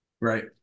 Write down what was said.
Right